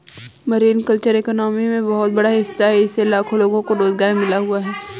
marine culture economy में बहुत बड़ा हिस्सा है इससे लाखों लोगों को रोज़गार मिल हुआ है